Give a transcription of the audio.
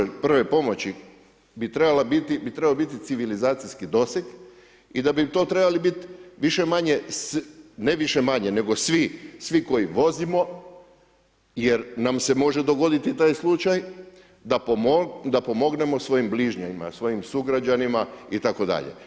Pružanje prve pomoći bi trebao biti civilizacijski doseg i da bi to trebalo biti više-manje, ne više-manje nego svi koji vozimo jer nam se može dogoditi taj slučaj da pomognemo svojim bližnjima, svojim sugrađanima itd.